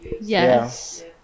Yes